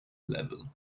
level